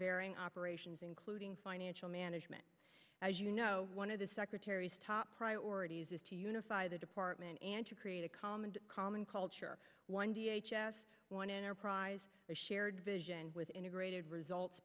varying operations including financial management as you know one of the secretary's top priorities is to unify the department and to create a calm and common culture one hundred one enterprise a shared vision with integrated results